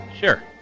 Sure